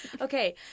Okay